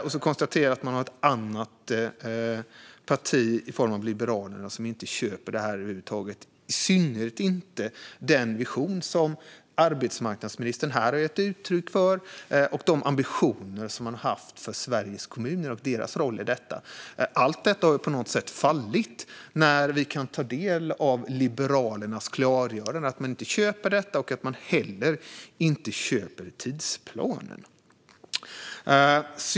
Jag konstaterar också att det finns ett annat parti i form av Liberalerna som inte köper detta över huvud taget, i synnerhet inte den vision som arbetsmarknadsministern här har gett uttryck för och de ambitioner som man har haft för Sveriges kommuner och deras roll i detta. Allt detta har på något sätt fallit när vi kan ta del av Liberalernas klargörande att man inte köper detta och att man heller inte köper tidsplanen.